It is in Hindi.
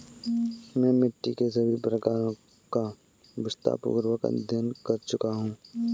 मैं मिट्टी के सभी प्रकारों का विस्तारपूर्वक अध्ययन कर चुका हूं